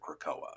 Krakoa